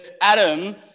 Adam